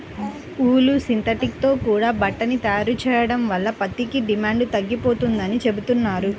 ఊలు, synthetic తో కూడా బట్టని తయారు చెయ్యడం వల్ల పత్తికి డిమాండు తగ్గిపోతందని చెబుతున్నారు